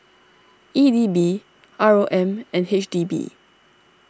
E D B R O M and H D B